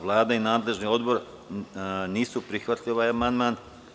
Vlada i nadležni odbor nisu prihvatili ovaj amandman.